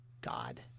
God